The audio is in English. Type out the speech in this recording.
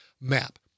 map